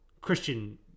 Christian